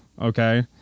okay